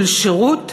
של שירות